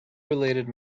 related